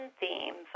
themes